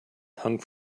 hung